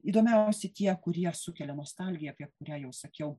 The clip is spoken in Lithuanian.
įdomiausi tie kurie sukelia nostalgiją apie kurią jau sakiau